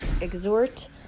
exhort